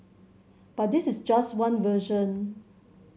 but this is just one version